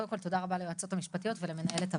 קודם כל תודה רבה ליועצות המשפטיות ולמנהלת הוועדה,